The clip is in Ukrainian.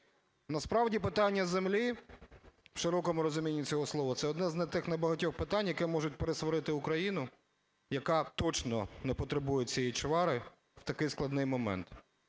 Насправді питання землі в широкому розумінні цього слова – це одне з тих небагатьох питань, яке може пересварити Україну, яка точно не потребує цієї чвари в такий складний момент.